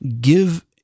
give